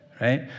right